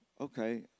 okay